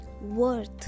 worth